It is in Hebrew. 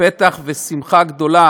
פתח ושמחה גדולה,